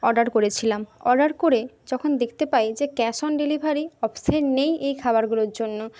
order করেছিলাম order করে যখন দেখতে পাই যে ক্যাশ অন ডেলিভারি অপশন নেই এই খাবারগুলোর জন্য